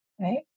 right